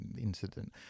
incident